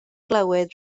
glywed